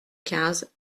quinze